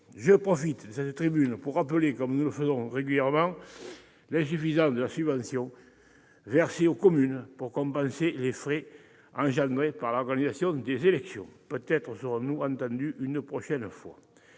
Je profite de cette tribune pour rappeler, comme nous le faisons régulièrement, l'insuffisance de la subvention versée aux communes pour compenser les frais engendrés par l'organisation des élections. Peut-être serons-nous entendus une prochaine fois.